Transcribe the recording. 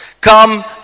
Come